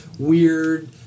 Weird